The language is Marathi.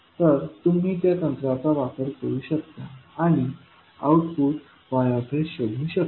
तर तुम्ही त्या तंत्राचा वापर करू शकता आणि आउटपुट Y शोधू शकता